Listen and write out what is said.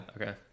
okay